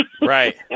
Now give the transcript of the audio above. Right